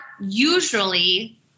usually